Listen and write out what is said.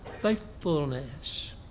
faithfulness